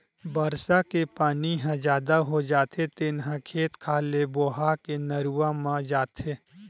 बरसा के पानी ह जादा हो जाथे तेन ह खेत खार ले बोहा के नरूवा म जाथे